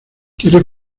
quieres